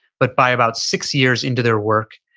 but by about six years into their work,